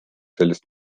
sellest